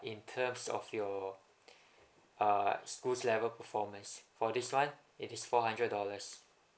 in terms of your uh school's level performance for this one it is four hundred dollars